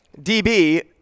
DB